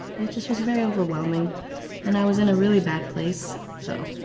it just was very overwhelming and i was in a really bad place. so.